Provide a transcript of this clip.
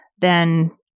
then-